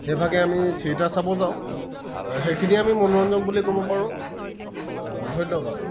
সেইভাগে আমি থিয়েটাৰ চাবও যাওঁ সেইখিনি আমি মনোৰঞ্জন বুলি ক'ব পাৰোঁ ধন্যবাদ